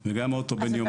או בן יומיים.